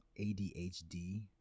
ADHD